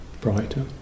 brighter